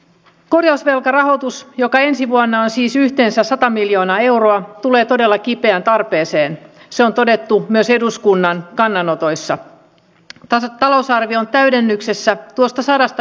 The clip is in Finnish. korjausvelkarahoitus joka ensi vuonna siis yhteensä sata materiaalihankintojen osuuden tulee todella kipeään tarpeeseen se on todettu olla noin yksi kolmasosa puolustusbudjetista uskottavan puolustuskyvyn ylläpitämiseksi